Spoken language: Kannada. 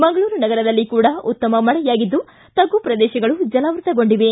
ಮಂಗಳೂರು ನಗರದಲ್ಲಿ ಕೂಡಾ ಉತ್ತಮ ಮಳೆಯಾಗಿದ್ದು ತಗ್ಗು ಪ್ರದೇಶಗಳು ಜಲಾವೃತಗೊಂಡಿವೆ